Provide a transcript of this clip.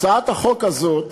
הצעת החוק הזאת